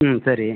ம் சரி